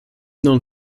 known